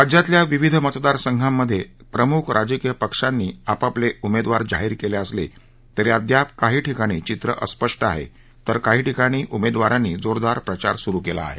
राज्यातल्या विविध मतदार संघांमधे प्रमुख राजकीय पक्षांनी आपापले उमेदवार जाहीर केले असले तरी अद्याप काही ठिकाणी चित्र अस्पष्ट आहे तर काही ठिकाणी उमेदवारांनी जोरदार प्रचार सुरू केला आहे